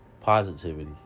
positivity